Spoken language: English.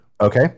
okay